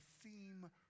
theme